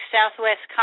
Southwest